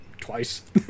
twice